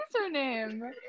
username